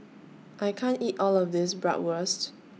I can't eat All of This Bratwurst